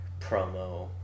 promo